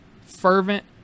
fervent